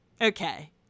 Okay